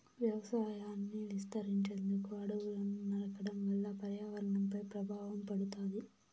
వ్యవసాయాన్ని విస్తరించేందుకు అడవులను నరకడం వల్ల పర్యావరణంపై ప్రభావం పడుతాది